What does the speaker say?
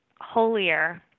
holier